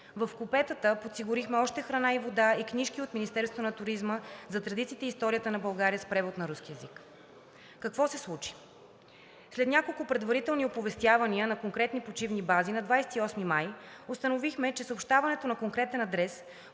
В купетата подсигурихме още храна и вода и книжки от Министерството на туризма за традициите и историята на България с превод на руски език. Какво се случи? След няколко предварителни оповестявания на конкретни почивни бази на 28 май установихме, че съобщаването на конкретен адрес